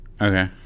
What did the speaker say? Okay